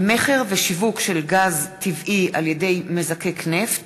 (מכר ושיווק של גז טבעי על-ידי מזקק נפט),